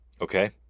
Okay